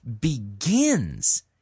begins